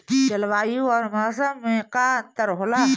जलवायु और मौसम में का अंतर होला?